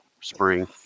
spring